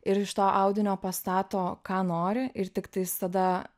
ir iš to audinio pastato ką nori ir tiktais tada